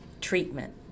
Treatment